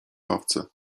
ławce